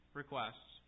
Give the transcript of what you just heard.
requests